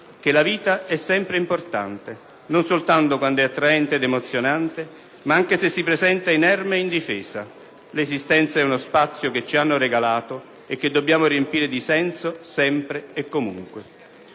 «La vita è sempre importante, non soltanto quando è attraente ed emozionante, ma anche se si presenta inerme e indifesa. L'esistenza è uno spazio che ci hanno regalato e che dobbiamo riempire di senso sempre e comunque».